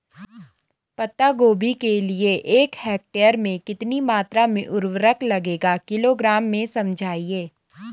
पत्ता गोभी के लिए एक हेक्टेयर में कितनी मात्रा में उर्वरक लगेगा किलोग्राम में समझाइए?